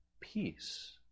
peace